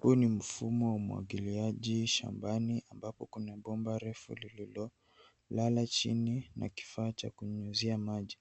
Huu ni mfumo wa umwagiliaji shambani ambapo kuna bomba refu lililolala chini na kifaa cha kunyunyuzia maji